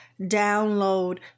download